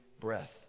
breath